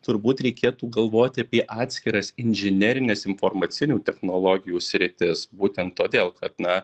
turbūt reikėtų galvoti apie atskiras inžinerines informacinių technologijų sritis būtent todėl kad na